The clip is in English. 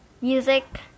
music